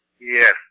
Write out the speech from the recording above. Yes